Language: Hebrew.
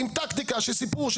עם טקטיקה של סיפור,